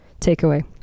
takeaway